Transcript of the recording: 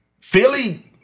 Philly